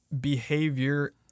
behavior